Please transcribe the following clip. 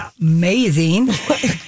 amazing